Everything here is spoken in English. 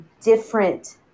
different